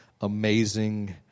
amazing